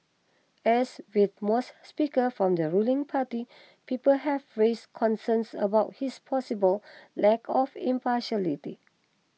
as with most Speakers from the ruling party people have raised concerns about his possible lack of impartiality